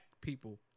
people